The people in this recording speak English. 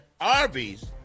arby's